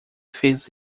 fez